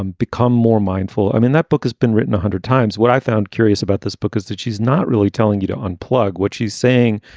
um become more mindful. i mean that book has been written one hundred times. what i found curious about this book is that she's not really telling you to unplug. what she's saying